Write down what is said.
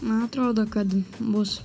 man atrodo kad bus